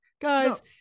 guys